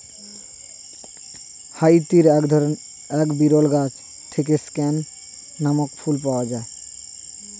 হাইতির এক বিরল গাছ থেকে স্ক্যান নামক ফুল পাওয়া যায়